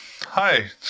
hi